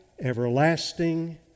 everlasting